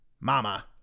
Mama